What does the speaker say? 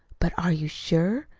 but are you sure?